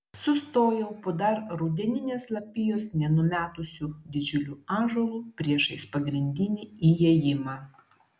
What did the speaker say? sustojau po dar rudeninės lapijos nenumetusiu didžiuliu ąžuolu priešais pagrindinį įėjimą